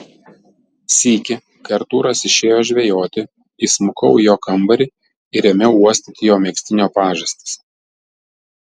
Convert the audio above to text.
sykį kai artūras išėjo žvejoti įsmukau į jo kambarį ir ėmiau uostyti jo megztinio pažastis